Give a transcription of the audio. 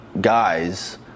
guys